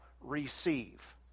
receive